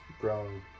grown